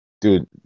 dude